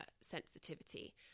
sensitivity